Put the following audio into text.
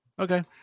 Okay